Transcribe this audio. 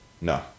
no